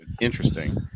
interesting